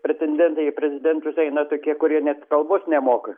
pretendentai į prezidentus eina tokie kurie net kalbos nemoka